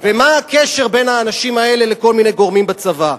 ומה הקשר בין האנשים האלה לכל מיני גורמים בצבא,